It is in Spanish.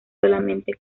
solamente